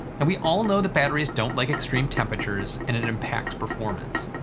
and we all know that batteries don't like extreme temperatures and it impacts performance.